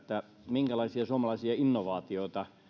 minkälaisia suomalaisia innovaatioita